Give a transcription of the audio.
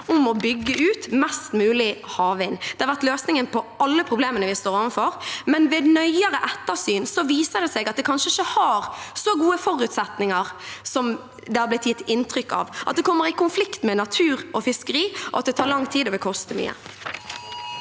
om å bygge ut mest mulig havvind. Det har vært løsningen på alle problemene vi står overfor, men ved nøyere ettersyn viser det seg at det kanskje ikke har så gode forutsetninger som det er blitt gitt inntrykk av, at det kommer i konflikt med natur og fiskeri, og at det tar lang tid og vil koste mye.